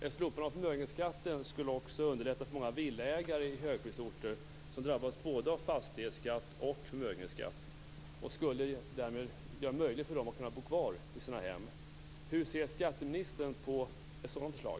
Ett slopande av förmögenhetsskatten skulle också underlätta för många villaägare i högprisorter som drabbas av både fastighetsskatt och förmögenhetsskatt. Det skulle bli möjligt för dem att bo kvar i sina hem. Hur ser skatteministern på ett sådant förslag?